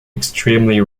extremely